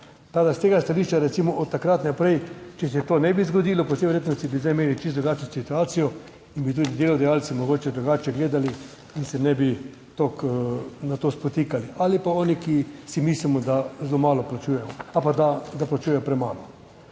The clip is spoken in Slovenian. da s tega stališča recimo od takrat naprej, če se to ne bi zgodilo po vsej verjetnosti, bi zdaj imeli čisto drugačno situacijo in bi tudi delodajalci mogoče drugače gledali in se ne bi toliko na to spotikali ali pa oni, ki si mislimo, da zelo malo plačujejo ali pa da plačujejo premalo.